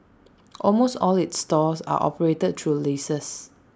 almost all its stores are operated through leases